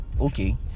okay